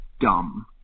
dumb